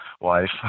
wife